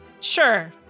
sure